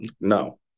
no